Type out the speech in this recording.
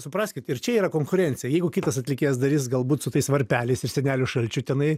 supraskit ir čia yra konkurencija jeigu kitas atlikėjas darys galbūt su tais varpeliais ir seneliu šalčiu tenai